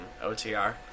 OTR